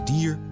Dier